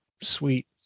sweet